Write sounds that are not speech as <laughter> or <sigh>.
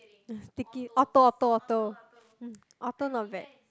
<laughs> sticky otter otter otter otter not bad